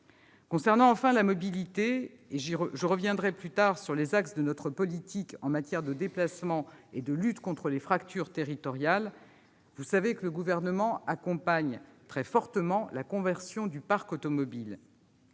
Concernant, enfin, la mobilité, et je reviendrai plus tard sur les axes de notre politique en matière de déplacements et de lutte contre les fractures territoriales, vous savez que le Gouvernement accompagne très fortement la conversion du parc automobile.